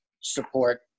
support